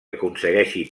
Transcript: aconsegueixi